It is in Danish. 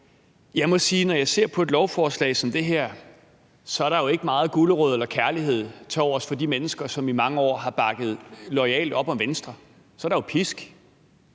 jeg må sige, når jeg ser på et lovforslag som det her, at der jo ikke er meget gulerod eller kærlighed tilovers for de mennesker, som i mange år har bakket loyalt op om Venstre; der er jo pisk.